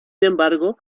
embargo